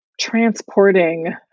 transporting